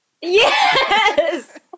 Yes